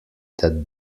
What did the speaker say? that